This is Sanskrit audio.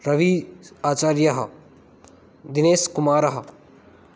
रवि आचार्यः दिनेशकुमारः